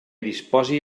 disposi